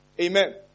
Amen